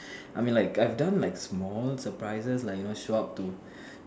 I mean like I've done like small surprises like you know show up to